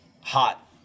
hot